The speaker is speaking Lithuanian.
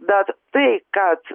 bet tai kad